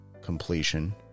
completion